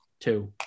two